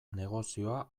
negozioa